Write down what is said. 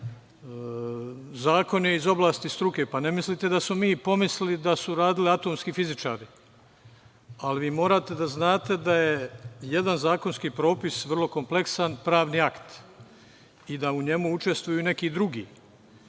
Zakon je iz oblasti struke, pa ne mislite da smo mi pomislili da su radili atomski fizičari, ali vi morate da znate da je jedan zakonski propis vrlo kompleksan pravni akt i da u njemu učestvuju i neki drugi. To